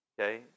Okay